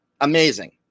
Amazing